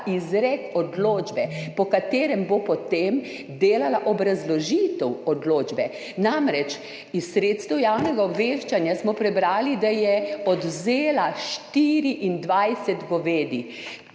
izrek odločbe, po katerem bo potem delala obrazložitev odločbe. Namreč, iz sredstev javnega obveščanja smo prebrali, da je odvzela 24 govedi.